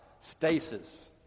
Stasis